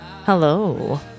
Hello